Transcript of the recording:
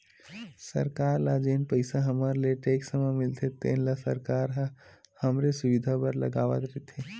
सरकार ल जेन पइसा हमर ले टेक्स म मिलथे तेन ल सरकार ह हमरे सुबिधा बर लगावत रइथे